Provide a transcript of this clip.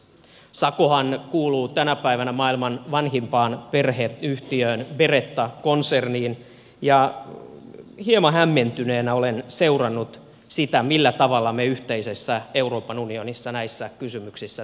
sakohan kuuluu tänä päivänä maailman vanhimpaan perheyhtiöön beretta konserniin ja hieman hämmentyneenä olen seurannut sitä millä tavalla me yhteisessä euroopan unionissa näissä kysymyksissä toimimme